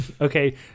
Okay